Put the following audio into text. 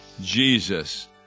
Jesus